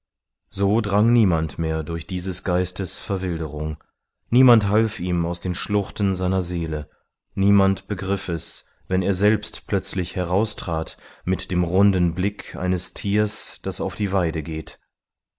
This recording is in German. so drang niemand mehr durch dieses geistes verwilderung niemand half ihm aus den schluchten seiner seele niemand begriff es wenn er selbst plötzlich heraustrat mit dem runden blick eines tiers das auf die weide geht